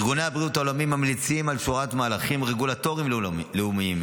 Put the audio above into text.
ארגוני הבריאות ממליצים על שורת מהלכים רגולטוריים לאומיים,